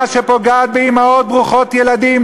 אותה מדינה שפוגעת באימהות ברוכות ילדים